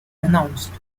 announced